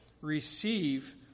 receive